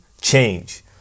change